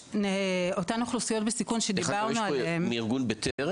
אותן אוכלוסיות בסיכון שדיברנו עליהם --- ארגון בטרם?